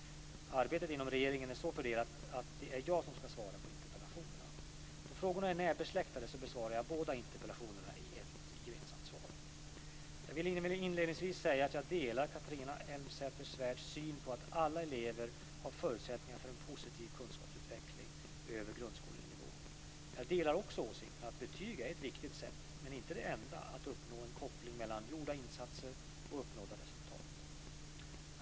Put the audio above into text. Arbetet inom regeringen är så fördelat att det är jag som ska svara på interpellationerna. Då frågorna är närbesläktade besvarar jag båda interpellationerna i ett gemensamt svar. Jag vill inledningsvis säga att jag delar Catharina Elmsäter-Svärds syn på att alla elever har förutsättningar för en positiv kunskapsutveckling över grundskolenivå. Jag delar också åsikten att betyg är ett viktigt sätt, men inte det enda, att uppnå en koppling mellan gjorda insatser och uppnådda resultat.